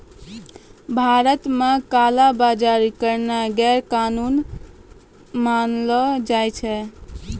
भारत मे काला बजारी करनाय गैरकानूनी मानलो जाय छै